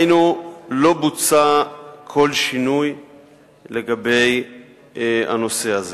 היינו, לא בוצע כל שינוי לגבי הנושא הזה.